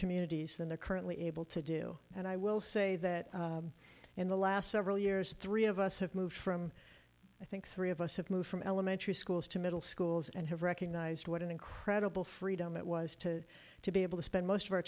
communities than the currently able to do and i will say that in the last several years three of us have moved from i think three of us have moved from elementary schools to middle schools and have recognized what an incredible freedom it was to to be able to spend most of our